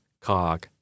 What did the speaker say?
cog